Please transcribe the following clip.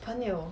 朋友